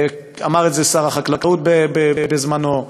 אמר את זה שר החקלאות בזמנו,